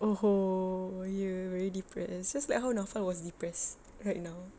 oh hor ya very depressed just like how naufal was depressed right now